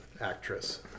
Actress